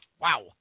Wow